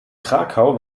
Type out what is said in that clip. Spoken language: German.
krakau